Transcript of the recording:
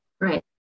Right